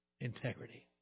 integrity